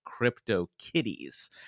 CryptoKitties